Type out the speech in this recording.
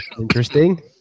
Interesting